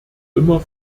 immer